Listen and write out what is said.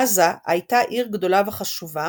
עזה הייתה עיר גדולה וחשובה